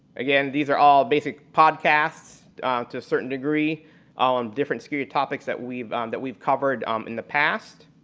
again, these are all basic podcasts to a certain degree all on different security topics that we've um that we've covered in the past.